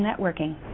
networking